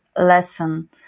lesson